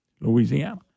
Louisiana